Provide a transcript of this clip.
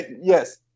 Yes